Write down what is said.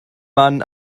mann